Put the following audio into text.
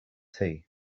tea